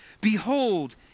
Behold